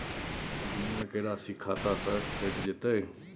बीमा के राशि खाता से कैट जेतै?